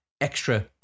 extra